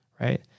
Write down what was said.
right